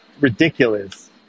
ridiculous